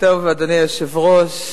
אדוני היושב-ראש,